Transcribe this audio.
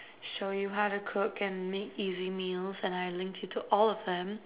show you how to cook and make easy meals and I linked you to all of them